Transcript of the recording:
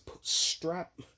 strap